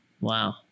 Wow